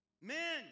men